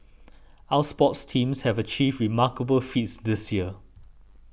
our sports teams have achieved remarkable feats this year